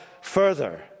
further